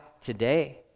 today